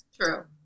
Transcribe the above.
true